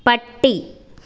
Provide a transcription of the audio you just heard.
പട്ടി